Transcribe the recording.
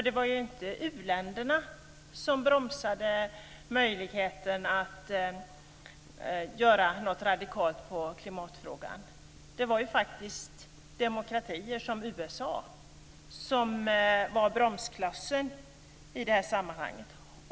Det var inte u-länderna som bromsade möjligheten att göra något radikalt med klimatfrågan. Det var faktiskt demokratier som USA som var bromsklossarna i sammanhanget.